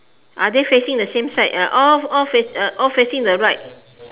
are they facing the same side uh all all face the all facing the right